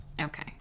Okay